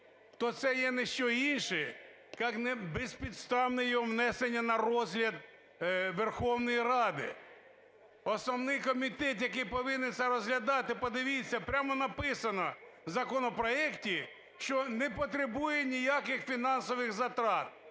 то це є ніщо інше як безпідставне його внесення на розгляд Верховної Ради. Основний комітет, який повинен це розглядати, подивіться, прямо написано в законопроекті, що не потребує ніяких фінансових затрат.